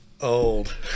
Old